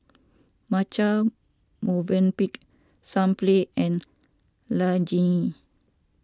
Marche Movenpick Sunplay and Laneige